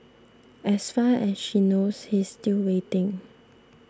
as far as she knows he's still waiting